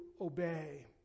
obey